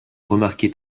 remarqué